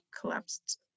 collapsed